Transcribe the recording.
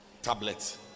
tablets